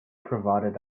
provided